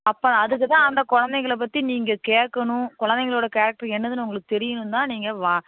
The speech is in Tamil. அப்போ அதுக்குத்தான் அந்த கொழந்தைங்கள பற்றி நீங்கள் கேட்கணும் கொழந்தைங்களோட கேரக்ட்ரு என்னதுன்னு உங்களுக்கு தெரியணும்னா நீங்கள் வா